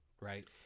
right